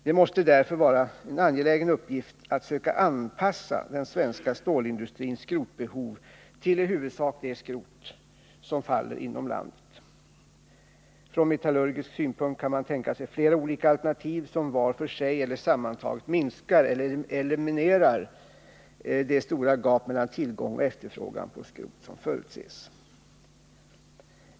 Det måste därför vara en angelägen uppgift att försöka anpassa den svenska stålindustrins skrotbehov till i huvudsak det skrot som finns inom landet. Från metallurgisk synpunkt kan man tänka sig flera olika alternativ, som vart för sig eller sammantagna minskar eller eliminerar de stora gap mellan tillgång och efterfrågan på skrot som förutses.